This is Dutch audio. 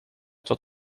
tot